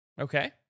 Okay